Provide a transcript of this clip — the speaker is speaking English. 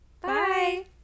Bye